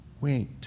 Wait